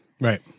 Right